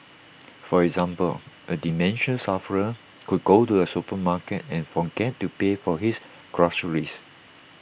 for example A dementia sufferer could go to A supermarket and forget to pay for his groceries